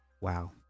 Wow